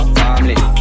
family